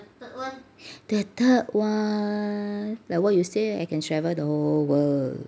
the third [one] like what you say I can travel the whole world